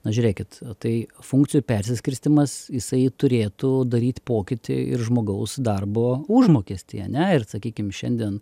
na žiūrėkit tai funkcijų persiskirstymas jisai turėtų daryt pokytį ir žmogaus darbo užmokesty ane ir sakykim šiandien